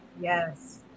yes